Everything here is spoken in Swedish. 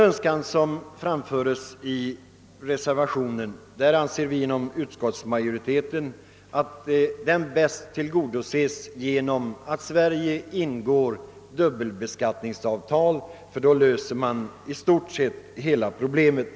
Vi inom utskottsmajoriteten anser att det önskemål som framförs i reservationen bäst tillgodoses genom att Sverige ingår dubbelbeskattningsavtal — då löses i stort sett hela problemet.